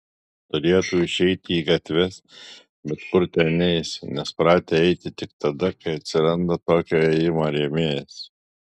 turėtų išeiti į gatves bet kur ten eis nes pratę eiti tik tada kai atsiranda tokio ėjimo rėmėjas